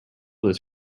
this